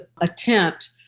attempt